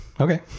okay